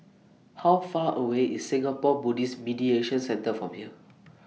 How Far away IS Singapore Buddhist Meditation Centre from here